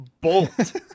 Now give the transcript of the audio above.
bolt